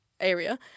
area